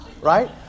Right